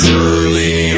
Surely